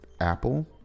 apple